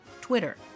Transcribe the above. Twitter